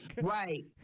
Right